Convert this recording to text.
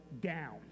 down